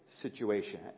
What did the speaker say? situation